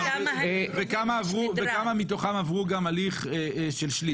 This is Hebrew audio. וכמה מתוכם עברו גם הליך של שליש.